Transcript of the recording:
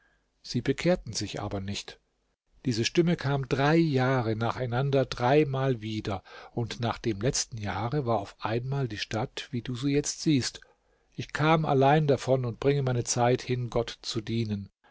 sie bekehrten sich aber nicht diese stimme kam drei jahre nacheinander drei mal wieder und nach dem letzten jahre war auf einmal die stadt wie du sie jetzt siehst ich kam allein davon und bringe meine zeit hin gott zu dienen